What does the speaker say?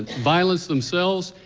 violence themselves,